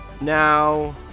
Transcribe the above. now